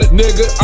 nigga